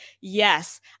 yes